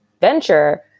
venture